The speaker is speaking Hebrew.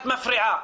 את מפריעה.